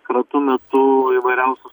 kratų metu įvairiausius